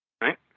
right